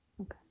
Okay